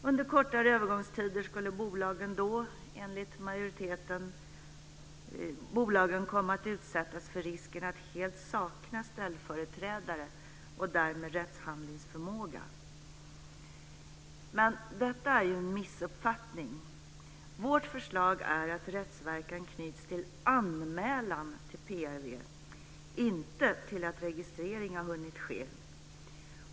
Under kortare övergångstider skulle bolagen då, enligt majoriteten, komma att utsättas för risken att helt sakna ställföreträdare och därmed rättshandlingsförmåga. Detta är en missuppfattning. Vårt förslag är att rättsverkan knyts till anmälan till PRV, inte till att registrering har hunnit ske.